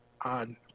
on